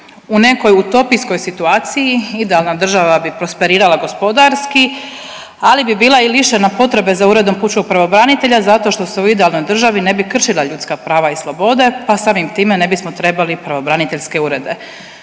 U nekoj utopijskoj situaciji idealna država bi prosperirala gospodarski, ali bi bila i lišena potrebe za Uredom pučkog pravobranitelja zato što se u idealnoj državi ne bi kršila ljudska prava i slobode, pa samim time ne bismo trebali pravobraniteljske urede,